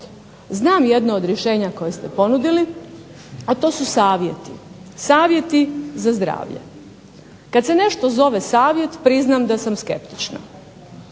Znam jedno od rješenja koje ste ponudili, a to su savjeti, savjeti za zdravlje. Kad se nešto zove savjet priznam da sam skeptična.